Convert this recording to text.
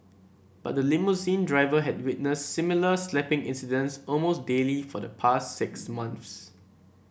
but the limousine driver had witnessed similar slapping incidents almost daily for the past six months